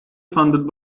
funded